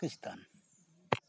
Pakistan